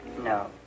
No